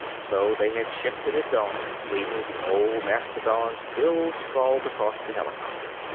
so they had shifted at dawn, leaving the old mastodon still sprawled across the helicopter.